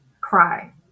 cry